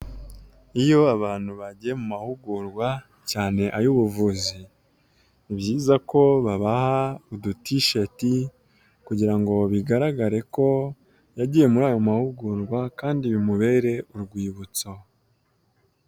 Iyo abantu bagiye mu mahugurwa cyane ay'ubuvuzi ni byiza ko babaha udu tisheti kugira ngo bigaragare ko yagiye muri ayo mahugurwa kandi bimubere urwibutso.